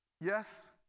Yes